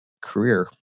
career